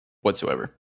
whatsoever